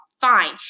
fine